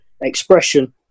expression